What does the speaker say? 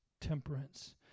temperance